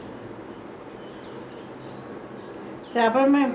சரி அப்ரோமேல போய்:sari apromaelae poi winnie வேல பாப்போமா என்ன:vela pappomaa enna